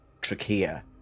trachea